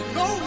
no